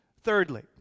Thirdly